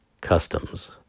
Customs